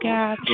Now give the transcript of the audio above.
God